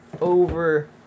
over